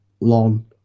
lawn